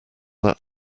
that